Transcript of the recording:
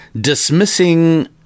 dismissing